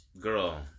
Girl